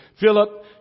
Philip